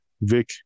Vic